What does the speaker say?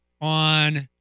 on –